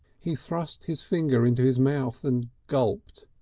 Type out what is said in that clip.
he thrust his finger into his mouth and gulped.